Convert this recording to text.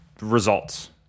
results